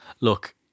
look